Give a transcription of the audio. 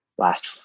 last